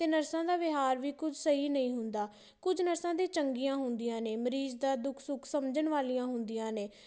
ਅਤੇ ਨਰਸਾਂ ਦਾ ਵਿਹਾਰ ਵੀ ਕੁਝ ਸਹੀ ਨਹੀਂ ਹੁੰਦਾ ਕੁਝ ਨਰਸਾਂ ਤਾਂ ਚੰਗੀਆਂ ਹੁੰਦੀਆਂ ਨੇ ਮਰੀਜ਼ ਦਾ ਦੁੱਖ ਸੁੱਖ ਸਮਝਣ ਵਾਲੀਆਂ ਹੁੰਦੀਆਂ ਨੇ